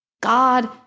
God